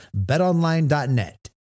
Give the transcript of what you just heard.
BetOnline.net